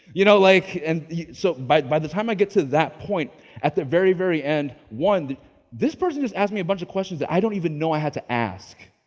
you know like, and so but by the time i get to that point at the very, very end. one, this person just asked me a bunch of questions that i don't even know i had to ask.